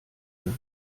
wird